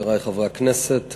חברי חברי הכנסת,